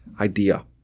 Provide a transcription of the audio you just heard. idea